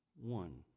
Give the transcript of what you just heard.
one